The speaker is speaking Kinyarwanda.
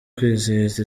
kwizihiza